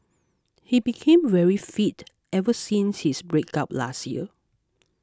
he became very fit ever since his breakup last year